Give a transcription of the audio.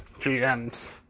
GMs